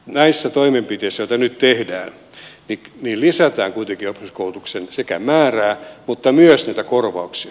näissä toimenpiteissä joita nyt tehdään lisätään kuitenkin oppisopimuskoulutuksen määrää mutta myös näitä korvauksia